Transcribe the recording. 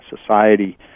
society